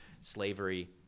slavery